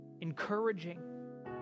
encouraging